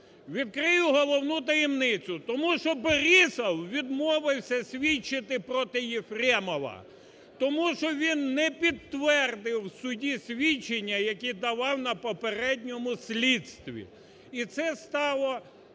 Відкрию головну таємницю. Тому що Борисов відмовився свідчити проти Єфремова, тому що він не підтвердив в суді свідчення, які давав на попередньому слідстві, і це стало